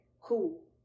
cool